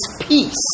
peace